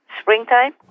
springtime